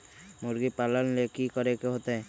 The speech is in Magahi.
मुर्गी पालन ले कि करे के होतै?